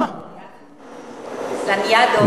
"לניאדו".